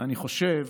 אני חושב